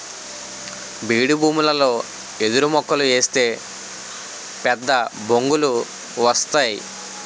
బీడుభూములలో ఎదురుమొక్కలు ఏస్తే పెద్దబొంగులు వస్తేయ్